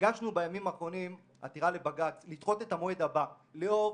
בימים האחרונים הגשנו עתירה לבג"ץ לדחות את המועד הבא לאור